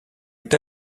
est